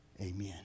Amen